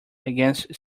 against